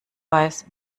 weiß